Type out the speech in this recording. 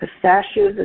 pistachios